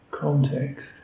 context